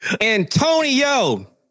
Antonio